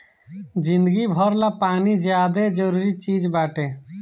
जिंदगी भर ला पानी ज्यादे जरूरी चीज़ बाटे